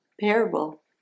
parable